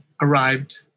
arrived